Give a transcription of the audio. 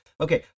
Okay